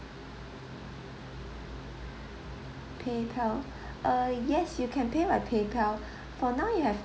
paypal err yes you can pay by paypal for now you have